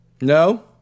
No